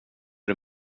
det